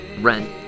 Rent